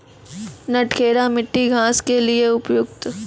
नटखेरा मिट्टी घास के लिए उपयुक्त?